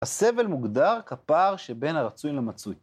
הסבל מוגדר כפער שבין הרצוי למצוי.